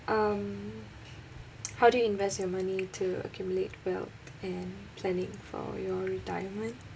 um how do you invest your money to accumulate wealth and planning for your retirement